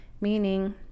meaning